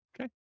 okay